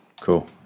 Cool